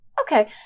Okay